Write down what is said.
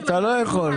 אתה לא יכול.